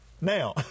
now